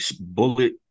bullet